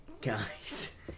Guys